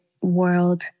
world